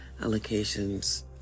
allocations